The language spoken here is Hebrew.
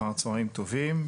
אחר הצוהריים טובים,